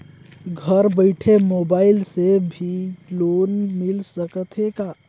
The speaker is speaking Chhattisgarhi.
घर बइठे मोबाईल से भी लोन मिल सकथे का?